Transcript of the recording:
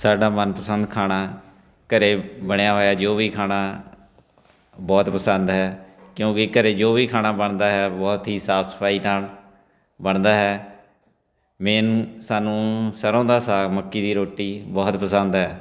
ਸਾਡਾ ਮਨ ਪਸੰਦ ਖਾਣਾ ਘਰ ਬਣਿਆ ਹੋਇਆ ਜੋ ਵੀ ਖਾਣਾ ਬਹੁਤ ਪਸੰਦ ਹੈ ਕਿਉਂਕਿ ਘਰ ਜੋ ਵੀ ਖਾਣਾ ਬਣਦਾ ਹੈ ਬਹੁਤ ਹੀ ਸਾਫ ਸਫਾਈ ਨਾਲ ਬਣਦਾ ਹੈ ਮੇਨ ਸਾਨੂੰ ਸਰ੍ਹੋਂ ਦਾ ਸਾਗ ਮੱਕੀ ਦੀ ਰੋਟੀ ਬਹੁਤ ਪਸੰਦ ਹੈ